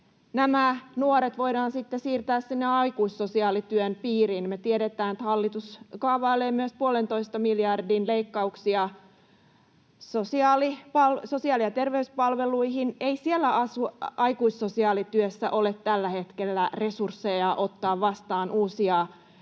nämä nuoret voidaan sitten siirtää sinne aikuissosiaalityön piiriin. Me tiedetään, että hallitus kaavailee myös puolentoista miljardin leikkauksia sosiaali- ja terveyspalveluihin. Ei siellä aikuissosiaalityössä ole tällä hetkellä resursseja ottaa vastaan uusia